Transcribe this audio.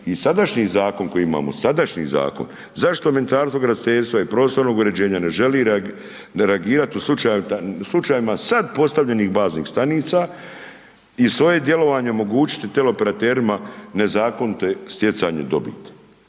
i sadašnji zakon koji imamo, sadašnji zakon, zašto Ministarstvo graditeljstva i prostornog uređenja ne želi reagirati u slučajevima sad postavljenih baznih stanica i svoje djelovanje omogućiti teleoperaterima nezakonitu stjecajnu dobit?